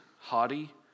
haughty